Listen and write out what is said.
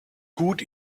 gut